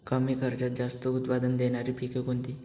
कमी खर्चात जास्त उत्पाद देणारी पिके कोणती?